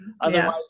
Otherwise